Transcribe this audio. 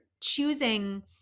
choosing